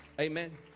Amen